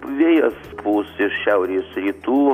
vėjas pūs iš šiaurės rytų